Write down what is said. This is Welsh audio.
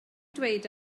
dweud